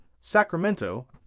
Sacramento